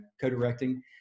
co-directing